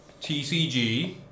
TCG